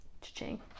ching